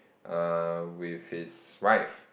err with his wife